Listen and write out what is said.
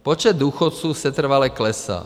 Počet důchodců setrvale klesá.